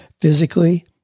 physically